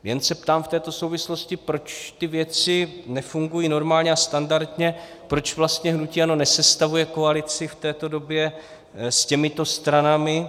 Jen se ptám v této souvislosti, proč ty věci nefungují normálně a standardně, proč vlastně hnutí ANO nesestavuje koalici v této době s těmito stranami.